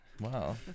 Wow